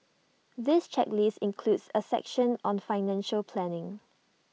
this checklist includes A section on financial planning